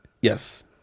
Yes